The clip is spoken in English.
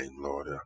Lord